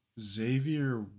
Xavier